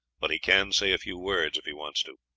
but he can say a few words, if he wants to.